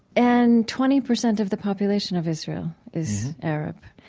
and twenty percent of the population of israel is arab.